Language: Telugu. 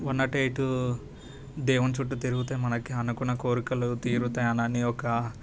వన్ నాట్ ఎయిట్ దేవుని చుట్టూ తిరుగుతే మనకు అనుకున్న కోరికలు తీరుతాయనని ఒక